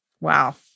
wow